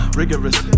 rigorous